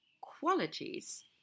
qualities